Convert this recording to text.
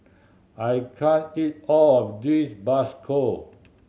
I can't eat all of this bakso